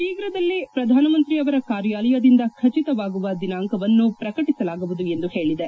ಶೀಘದಲ್ಲೇ ಪ್ರಧಾನ ಮಂತ್ರಿ ಅವರ ಕಾರ್ಯಾಲಯದಿಂದ ಖಚಿತವಾಗುವ ದಿನಾಂಕವನ್ನು ಪ್ರಕಟಸಲಾಗುವುದು ಎಂದು ಹೇಳಿದೆ